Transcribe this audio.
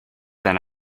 than